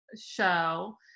show